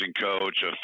coach